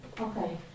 Okay